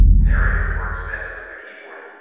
narrator works best with a keyboard.